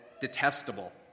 detestable